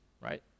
Right